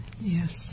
yes